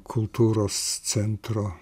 kultūros centro